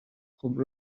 خوب